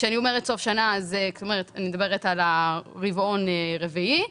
כשאני אומרת סוף שנה, אני מדברת על הרבעון הרביעי.